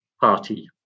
party